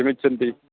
किमिच्छन्ति